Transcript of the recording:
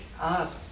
up